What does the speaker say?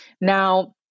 Now